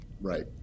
Right